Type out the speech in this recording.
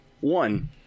One